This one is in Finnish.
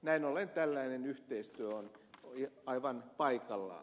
näin ollen tällainen yhteistyö on aivan paikallaan